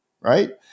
right